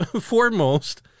foremost